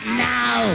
now